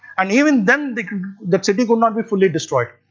and even then the the city could not be fully destroyed.